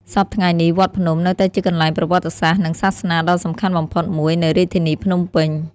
សព្វថ្ងៃនេះ វត្តភ្នំ នៅតែជាកន្លែងប្រវត្តិសាស្ត្រ និងសាសនាដ៏សំខាន់បំផុតមួយនៅរាជធានីភ្នំពេញ។